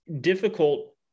difficult